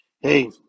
Hey